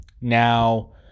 now